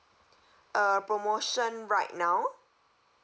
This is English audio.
uh promotion right now